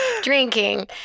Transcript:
drinking